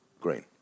green